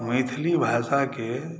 मैथिली भाषाके